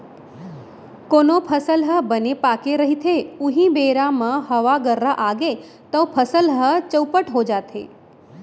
कोनो फसल ह बने पाके रहिथे उहीं बेरा म हवा गर्रा आगे तव फसल ह चउपट हो जाथे